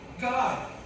God